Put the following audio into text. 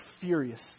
furious